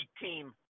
team